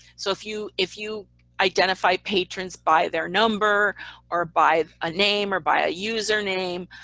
so if you if you identify patrons by their number or by a name or by a username,